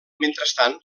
mentrestant